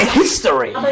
history